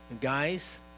guys